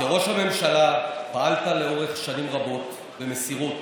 כראש הממשלה פעלת לאורך שנים רבות במסירות